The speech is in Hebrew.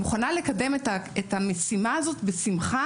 אני מוכנה לקדם את המשימה הזאת בשמחה,